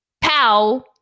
pow